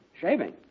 Shaving